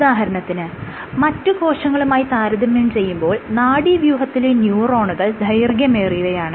ഉദാഹരണത്തിന് മറ്റ് കോശങ്ങളുമായി താരതമ്യം ചെയ്യുമ്പോൾ നാഡീവ്യൂഹത്തിലെ ന്യൂറോണുകൾ ദൈർഘ്യമേറിയവയാണ്